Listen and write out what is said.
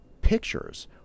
pictures